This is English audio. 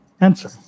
answer